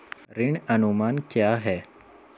ऋण अनुमान क्या है?